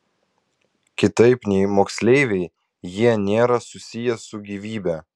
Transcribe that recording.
kitaip nei moksleiviai jie nėra susiję su gyvybe